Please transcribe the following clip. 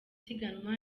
isiganwa